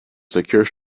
secure